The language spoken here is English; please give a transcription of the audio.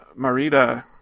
Marita